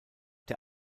der